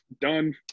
done